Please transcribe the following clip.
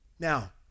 Now